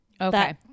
Okay